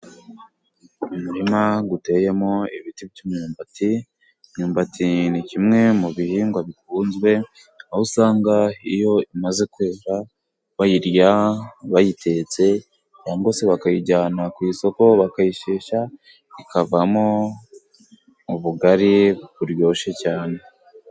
Umurima uteyemo ibiti by'umwumbati , imyumbati ni kimwe mu bihingwa bikunzwe aho usanga iyo imaze kwera, bayirya bayitetse cyangwa se bakayijyana ku isoko bakayishesha ikavamo ubugari buryoshye cyane.